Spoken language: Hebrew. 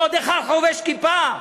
ועוד אחד חובש כיפה.